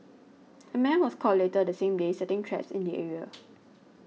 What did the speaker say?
a man was caught later the same day setting traps in the area